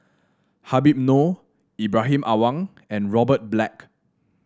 Habib Noh Ibrahim Awang and Robert Black